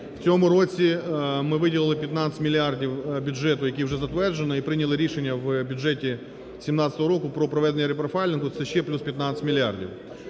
У цьому році ми виділили 15 мільярдів бюджету, який вже затверджений, і прийняли рішення в бюджеті 17-го року про проведення репрофайлінгу, це ще плюс 15 мільярдів.